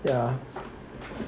yeah